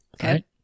Okay